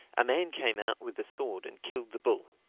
a man came out with a sword and killed the bull.